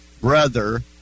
brother